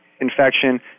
infection